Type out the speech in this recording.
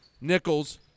Nichols